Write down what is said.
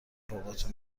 باباتو